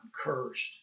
cursed